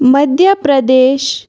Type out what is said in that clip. Madhya Pradesh